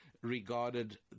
regarded